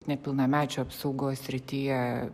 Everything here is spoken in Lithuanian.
nepilnamečių apsaugos srityje